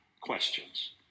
questions